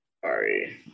Sorry